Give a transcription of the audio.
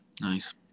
Nice